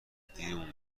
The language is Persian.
دیرمون